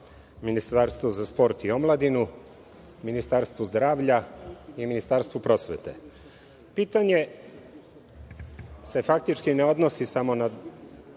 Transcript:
Ministarstvu za sport i omladinu, Ministarstvu zdravlja i Ministarstvu prosvete. Pitanje se faktički ne odnosi samo na